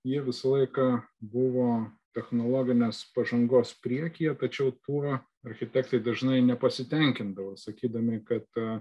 ji visą laiką buvo technologinės pažangos priekyje tačiau tuo architektai dažnai nepasitenkindavo sakydami kad